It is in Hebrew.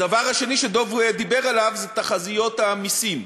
הדבר השני שדב דיבר עליו זה תחזיות המסים.